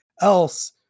else